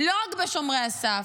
לא רק בשומרי הסף,